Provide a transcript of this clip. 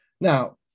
Now